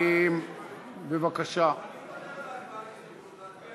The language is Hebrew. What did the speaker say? אני מוותר על ההצבעה על ההסתייגויות,